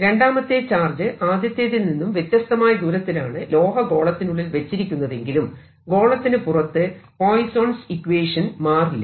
രണ്ടാമത്തെ ചാർജ് ആദ്യത്തേതിൽ നിന്നും വ്യത്യസ്തമായ ദൂരത്തിലാണ് ലോഹ ഗോളത്തിനുള്ളിൽ വെച്ചിരിക്കുന്നതെങ്കിലും ഗോളത്തിനു പുറത്തു പോയിസോൻസ് ഇക്വേഷൻ Poisson's equation മാറില്ല